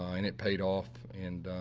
i mean it paid off. and